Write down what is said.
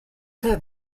said